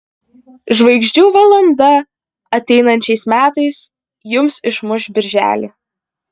žvaigždžių valanda ateinančiais metais jums išmuš birželį